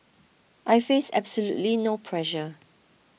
I face absolutely no pressure